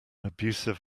abusive